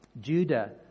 Judah